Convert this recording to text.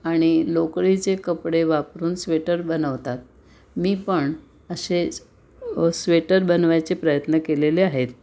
आणि लोकरीचे कपडे वापरून स्वेटर बनवतात मी पण असेच स्वेटर बनवायचे प्रयत्न केलेले आहेत